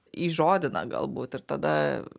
įžodina galbūt ir tada